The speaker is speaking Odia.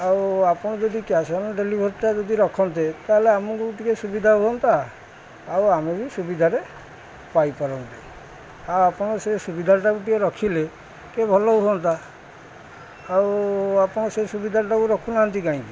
ଆଉ ଆପଣ ଯଦି କ୍ୟାସ୍ ଅନ୍ ଡେଲିଭରିଟା ଯଦି ରଖନ୍ତେ ତା'ହେଲେ ଆମକୁ ଟିକେ ସୁବିଧା ହୁଅନ୍ତା ଆଉ ଆମେ ବି ସୁବିଧାରେ ପାଇପାରନ୍ତୁ ଆଉ ଆପଣ ସେ ସୁବିଧାଟାକୁ ଟିକେ ରଖିଲେ ଟିକେ ଭଲ ହୁଅନ୍ତା ଆଉ ଆପଣ ସେ ସୁବିଧାଟାକୁ ରଖୁନାହାନ୍ତି କାହିଁକି